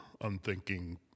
unthinking